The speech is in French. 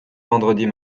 vendredis